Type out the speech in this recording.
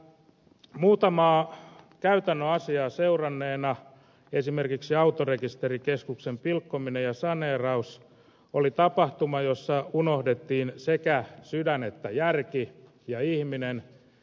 muutamaa käytännön asiaa seuranneena totean että esimerkiksi autorekisterikeskuksen pilkkominen ja saneeraus oli tapahtuma jossa unohdettiin sekä sydän että järki ja ihminen